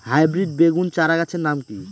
Hybrid বেগুন চারাগাছের নাম কি?